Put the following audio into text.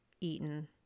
eaten